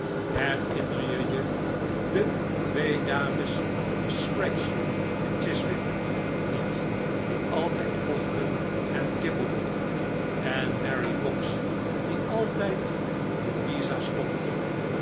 herinner je je de twee dames scratchley te chiswick niet die altijd vochten en kibbelden en mary box die altijd louisa stompte